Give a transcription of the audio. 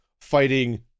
fighting